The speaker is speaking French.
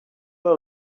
pas